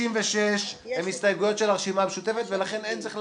אין הרביזיה מס' 2 של הרשימה המשותפת לא